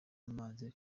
zamaze